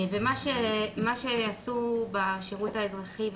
מה שעשו בשירות האזרחי,